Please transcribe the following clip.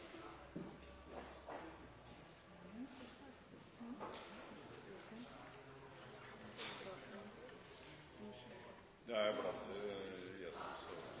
det er en bra opptakt til